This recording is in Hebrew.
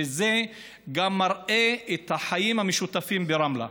וזה גם מראה את החיים המשותפים ברמלה.